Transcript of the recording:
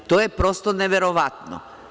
To je prosto neverovatno.